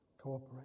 cooperate